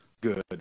good